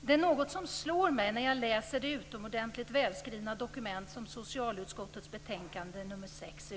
Det är något som slår mig när jag läser det utomordentligt välskrivna dokument som är socialutskottet betänkande nr 6.